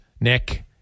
Nick